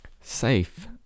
Safe